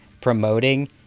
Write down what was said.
promoting